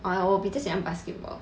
err 我比较喜欢 basketball